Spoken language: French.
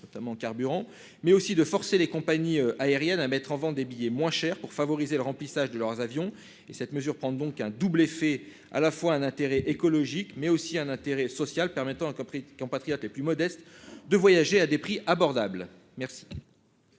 notamment carburant mais aussi de forcer les compagnies aériennes à mettre en vend des billets moins chers pour favoriser le remplissage de leurs avions et cette mesure prend donc un double effet à la fois un intérêt écologique mais aussi un intérêt social permettant compatriotes les plus modestes de voyager à des prix abordables merci.